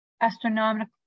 astronomical